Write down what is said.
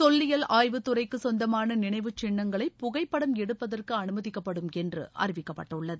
தொல்லியல் ஆய்வுத் துறைக்கு சொந்தமான நினைவுச் சின்னங்களை புகைப்படம் எடுப்பதற்கு அனுமதிக்கப்படும் என்று அறிவிக்கப்பட்டுள்ளது